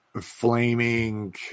flaming